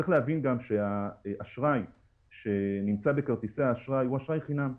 צריך להבין גם שהאשראי שנמצא בכרטיסי האשראי הוא אשראי חינם.